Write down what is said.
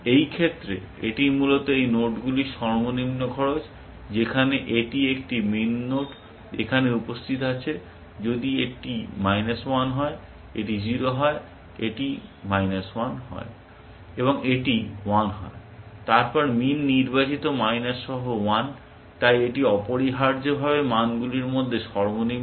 এই ক্ষেত্রে এটি মূলত এই নোডগুলির সর্বনিম্ন খরচ যেখানে এটি একটি মিন নোড এখানে উপস্থিত আছে যদি এটি মাইনাস 1 হয় এটি 0 হয় এটি মাইনাস 1 হয় এবং এটি 1 হয় তারপর মিন নির্বাচিত মাইনাস সহ 1 তাই এটি অপরিহার্যভাবে এই মানগুলির মধ্যে সর্বনিম্ন